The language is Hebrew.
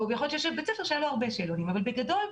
בגדול,